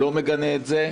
לא מגנה את זה,